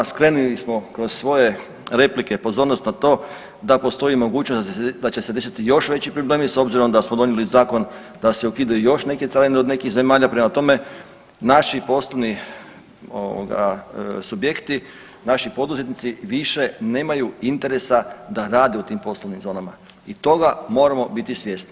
Skrenuli smo kroz svoje replike pozornost na to da postoji mogućnost da će desiti još veći problemi, s obzirom da smo donijeli zakon da se ukidaju još neke carine od nekih zemalja, prema tome, naši poslovni ovoga, subjekti, naši poduzetnici više nemaju interesa da rade u tim poslovnim zonama i toga moramo biti svjesni.